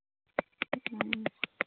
ᱦᱩᱸ